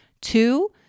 Two